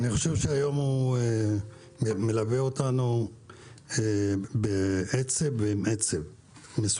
אני חושב שהיום מלווה אותנו עצב מסוים,